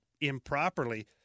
improperly